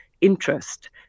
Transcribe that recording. interest